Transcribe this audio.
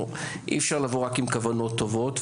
אי אפשר לבוא רק עם כוונות טובות,